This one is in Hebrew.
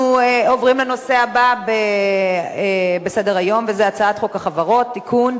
אנחנו עוברים לנושא הבא בסדר-היום: הצעת חוק החברות (תיקון,